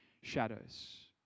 shadows